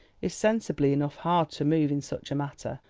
is sensibly enough hard to move in such a matter,